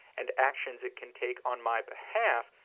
and actions it can take on my behalf,